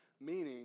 meaning